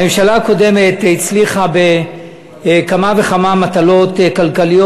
הממשלה הקודמת הצליחה בכמה וכמה מטלות כלכליות.